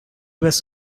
was